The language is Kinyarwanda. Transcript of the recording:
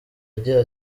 agira